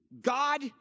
God